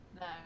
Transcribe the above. No